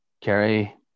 Kerry